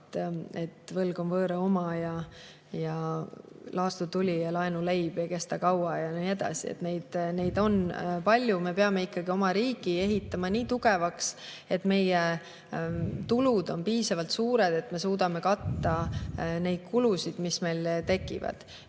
võlg on võõra oma, laastutuli ja laenuleib ei kesta kaua ja nii edasi. Neid on palju.Me peame ikkagi oma riigi ehitama nii tugevaks, et meie tulud on piisavalt suured, nii et me suudame katta kulusid, mis meil tekivad.